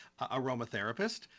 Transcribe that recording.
aromatherapist